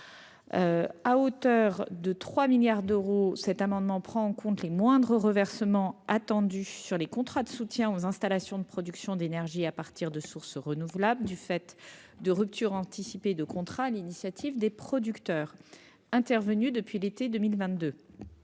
À hauteur de 3 milliards d'euros, cet amendement vise à prendre en compte les moindres reversements attendus sur les contrats de soutien aux installations de production d'énergie à partir de sources renouvelables, du fait de ruptures anticipées de contrat, sur l'initiative des producteurs, qui sont intervenues depuis l'été 2022.